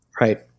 Right